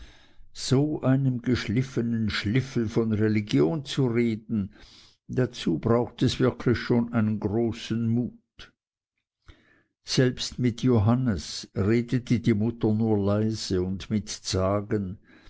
so einem geschliffenen schliffel von religion zu reden dazu braucht es wirklich schon einen großen mut selbst mit johannes redete die mutter nur leise und mit zagen